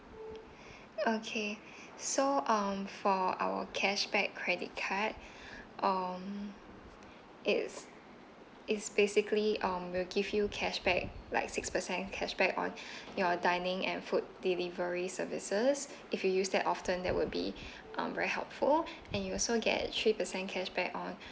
okay so um for our cashback credit card um it's it's basically um will give you cashback like six percent cashback on your dining and food delivery services if you use that often that would be um very helpful and you also get three percent cashback on